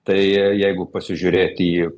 tai jeigu pasižiūrėti į